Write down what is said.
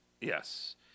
Yes